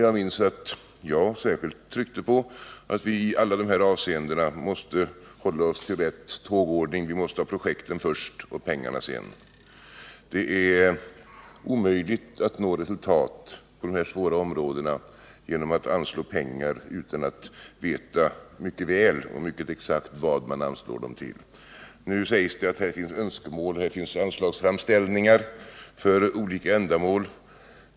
Jag vet att jag särskilt tryckte på att vi i alla dessa avseenden måste hålla oss till rätt tågordning: vi måste ha projekten först och pengarna sedan. Det är omöjligt att nå resultat på de här områdena genom att anslå pengar utan att veta mycket väl och mycket exakt vad man anslår pengarna till. Nu sägs det att här finns önskemål och här finns anslagsframställningar för olika ändamål.